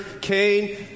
Cain